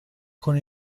con